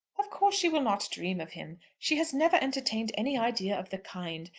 of course she will not dream of him. she has never entertained any idea of the kind.